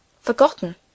Forgotten